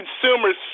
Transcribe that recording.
consumers